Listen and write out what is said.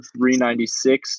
396